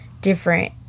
different